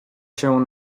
się